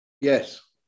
Yes